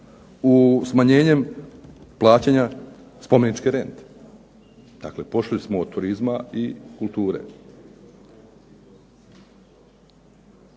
u smanjenjem plaćanja spomeničke rente. Dakle počeli smo od turizma i kulture.